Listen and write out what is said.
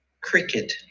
cricket